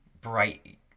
bright